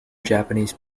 japanese